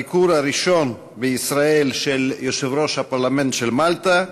זהו הביקור הראשון בישראל של יושב-ראש הפרלמנט של מלטה,